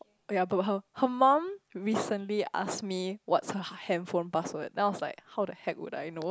yea but her her mum recently ask me what's her handphone password then I was like how the heck would I know